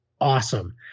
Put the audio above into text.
awesome